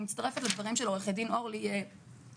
אני מצטרפת לדברים של עורכת הדין אולי ביטי,